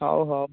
ହଉ ହଉ